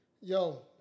Yo